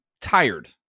tired